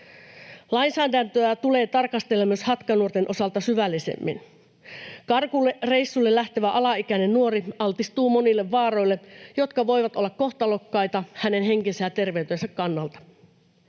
Lainsäädäntöä tulee tarkastella myös hatkanuorten osalta syvällisemmin. Karkureissulle lähtevä alaikäinen nuori altistuu monille vaaroille, jotka voivat olla kohtalokkaita hänen henkensä ja terveytensä kannalta.